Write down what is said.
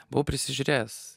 buvau prisižiūrėjęs